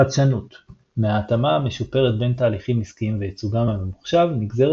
חדשנות מההתאמה המשופרת בין תהליכים עסקיים וייצוגם הממוחשב נגזרת